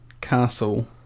Castle